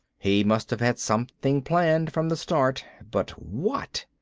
he must have had something planned from the start. but what?